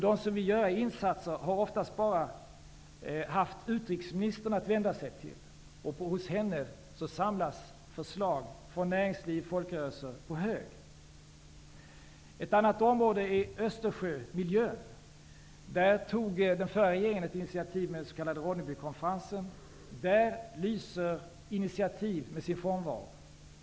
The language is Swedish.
De som vill göra insatser har oftast bara haft utrikesministern att vända sig till, och hos henne samlas förslag från näringsliv och folkrörelser på hög. Ett annat område är Östersjömiljön. Där tog den förra regeringen ett initiativ med den s.k. Ronnebykonferensen. Nu lyser initiativen med sin frånvaro.